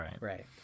right